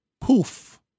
Poof